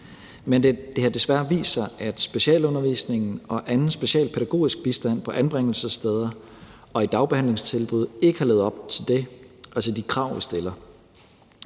men det har desværre vist sig, at specialundervisningen og anden specialpædagogisk bistand på anbringelsessteder og i dagbehandlingstilbud ikke har levet op til det, altså de krav, vi stiller,